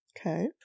Okay